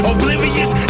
Oblivious